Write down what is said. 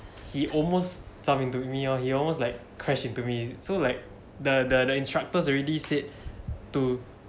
he almost jump into me he almost like crashed into me so like the the instructors already said to